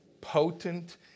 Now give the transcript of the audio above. potent